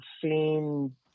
seen